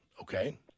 okay